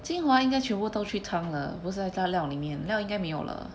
精华应该全部都去汤了不是在那料里面料应该没有了